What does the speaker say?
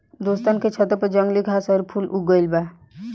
दोस्तन के छतों पर जंगली घास आउर फूल उग गइल बा